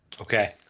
Okay